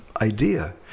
idea